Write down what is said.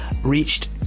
reached